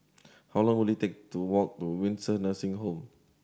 how long will it take to walk to Windsor Nursing Home